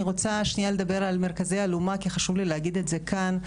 אני רוצה לדבר על מרכזי אלומה כי חשוב לי להגיד את זה כאן.